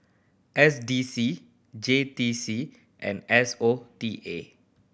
S D C J T C and S O T A